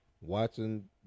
watching